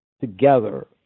together